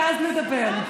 ואז נדבר.